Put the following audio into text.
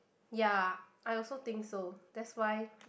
ya I also think so that's why